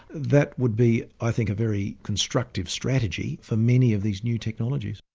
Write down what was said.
that would be i think a very constructive strategy for many of these new technologies.